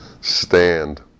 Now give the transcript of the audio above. stand